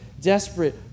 desperate